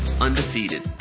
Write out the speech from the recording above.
undefeated